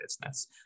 business